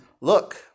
look